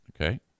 Okay